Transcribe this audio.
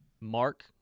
Mark